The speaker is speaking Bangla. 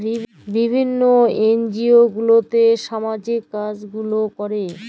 বিভিল্ল্য এলজিও গুলাতে ছামাজিক কাজ গুলা ক্যরে